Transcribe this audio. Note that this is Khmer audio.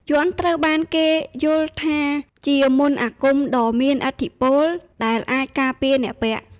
យ័ន្តត្រូវបានគេយល់ថាជាមន្តអាគមដ៏មានឥទ្ធិពលដែលអាចការពារអ្នកពាក់។